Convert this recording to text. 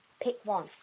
pick one.